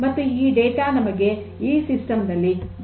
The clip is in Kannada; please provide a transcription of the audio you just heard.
ಮತ್ತು ಈ ಡೇಟಾ ನಮಗೆ ಈ ಸಿಸ್ಟಮ್ ನಲ್ಲಿ ದೊರೆಯುತ್ತವೆ